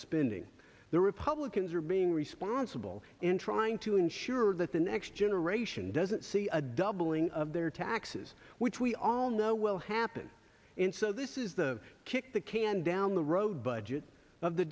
spending the republicans are being responsible in trying to ensure that the next generation doesn't see a doubling of their taxes which we all know will happen in so this is the kick the can down the road budget of the